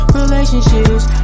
relationships